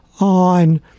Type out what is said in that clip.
on